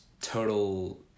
total